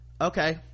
okay